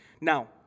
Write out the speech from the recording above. Now